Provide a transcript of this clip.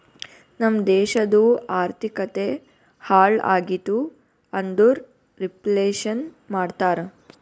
ನಮ್ ದೇಶದು ಆರ್ಥಿಕತೆ ಹಾಳ್ ಆಗಿತು ಅಂದುರ್ ರಿಫ್ಲೇಷನ್ ಮಾಡ್ತಾರ